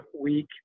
week